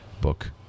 book